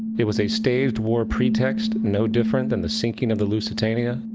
it was a staged war pretext no different than the sinking of the lusitania,